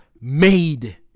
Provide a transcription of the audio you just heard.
made